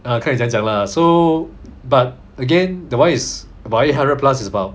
ah correct 看你怎样讲 lah so but again the one is about hundred plus is about